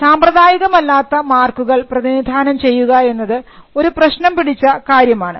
സാമ്പ്രദായികമല്ലാത്ത മാർക്കുകൾ പ്രതിനിധാനം ചെയ്യുക എന്നത് ഒരു പ്രശ്നം പിടിച്ച കാര്യമാണ്